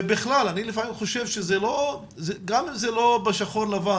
ובכלל, אני לפעמים חושב שגם זה לא שחור או לבן.